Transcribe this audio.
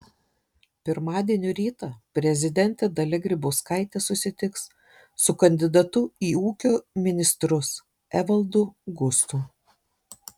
pirmadienio rytą prezidentė dalia grybauskaitė susitiks su kandidatu į ūkio ministrus evaldu gustu